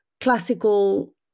Classical